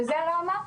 וזה למה?